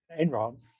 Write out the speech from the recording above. enron